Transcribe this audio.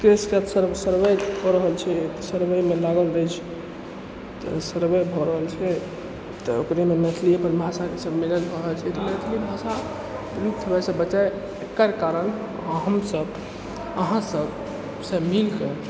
देशके सर्वे भऽ रहल अछि सर्वेमे लागल अछि तऽ सर्वे भऽ रहल छै तऽ ओकरेमे मैथिलीमे भाषाके सर्वे कऽ रहल छी मैथिली भाषा विलुप्त होइसँ बचै एकर कारण हमसब अहाँसबसँ मिलिके